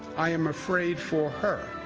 i am afraid for her.